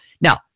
Now